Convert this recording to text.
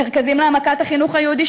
מרכזים להעמקת החינוך היהודי,